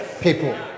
people